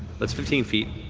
that's fifteen feet.